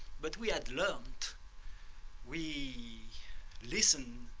but we had learned we listened,